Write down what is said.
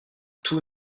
tout